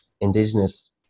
Indigenous